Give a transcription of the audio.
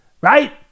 Right